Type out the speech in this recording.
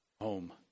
home